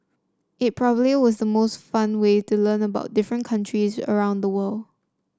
it probably was the most fun way to learn about different countries around the world